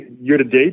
year-to-date